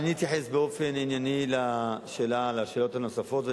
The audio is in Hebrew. אני אתייחס באופן ענייני לשאלות הנוספות,